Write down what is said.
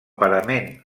parament